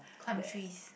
climb trees